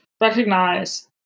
recognize